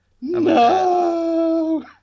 No